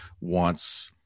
wants